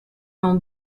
from